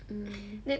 mm